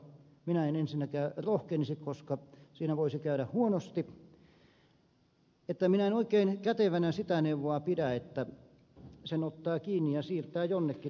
minä en ensinnäkään siihen rohkenisi koska siinä voisi käydä huonosti ja minä en oikein kätevänä sitä neuvoa pidä että sen ottaa kiinni ja siirtää jonnekin